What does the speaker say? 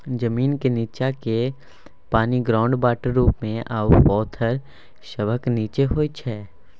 जमीनक नींच्चाँ केर पानि ग्राउंड वाटर रुप मे आ पाथर सभक नींच्चाँ होइ छै